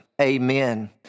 Amen